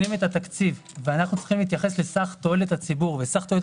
את התקציב וצריכים להתייחס לסך תועלת הציבור ובסך תועלת